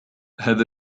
هذا